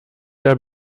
jahr